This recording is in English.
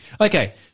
Okay